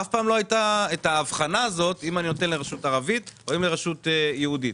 אף פעם לא הייתה ההבחנה הזאת אם נותנים לרשות ערבית או לרשות יהודית.